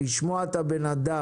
לשמוע את הבן אדם.